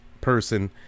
person